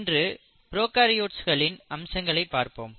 இன்று ப்ரோகாரியோட்ஸ்களின் அம்சங்களைப் பார்ப்போம்